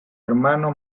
hermano